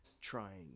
trying